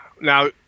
now